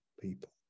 people